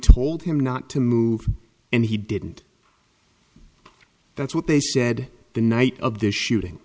told him not to move and he didn't that's what they said the night of the shooting